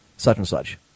such-and-such